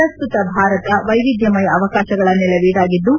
ಪ್ರಸ್ತುತ ಭಾರತ ವೈವಿಧ್ವಮಯ ಅವಕಾಶಗಳ ನೆಲೆವೀಡಾಗಿದ್ದು